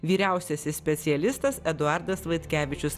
vyriausiasis specialistas eduardas vaitkevičius